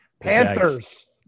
Panthers